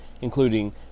including